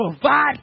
provide